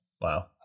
Wow